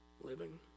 living